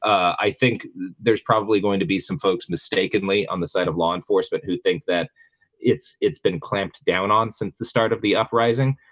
i think there's probably going to be some folks mistakenly on the side of law enforcement who think that it's it's been clamped down on since the start of the uprising,